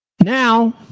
Now